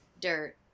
dirt